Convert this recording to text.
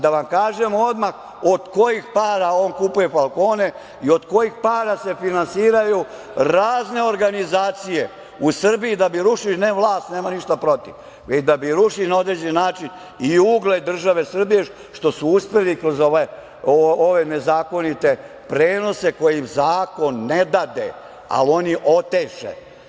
Da vam kažem odmah od kojih para on kupuje falkone i od kojih para se finansiraju razne organizacije u Srbiji, da bi rušili ne vlast, nemam ništa protiv, već da bi rušili na određeni način i ugled države Srbije, što su uspeli kroz ove nezakonite prenose koje im zakon ne dade, ali oteše.